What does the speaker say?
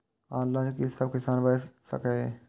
Online कि सब किसान बैच सके ये?